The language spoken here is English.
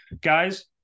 guys